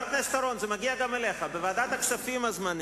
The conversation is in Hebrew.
לא צריך הצבעה.